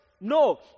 No